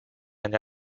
参加